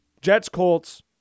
Jets-Colts